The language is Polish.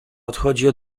odchodzi